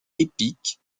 epic